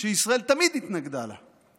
שישראל תמיד התנגדה לה.